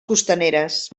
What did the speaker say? costaneres